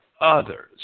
others